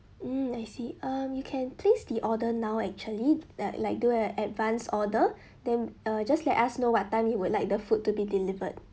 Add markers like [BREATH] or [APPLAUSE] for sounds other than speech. mm I see um you can place the order now actually that like do a advanced order [BREATH] then uh just let us know what time you would like the food to be delivered